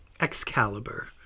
Excalibur